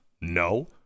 no